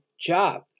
job